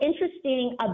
interesting